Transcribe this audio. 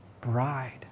bride